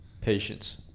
patience